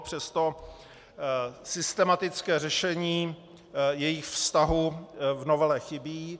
Přesto systematické řešení jejich vztahu v novele chybí.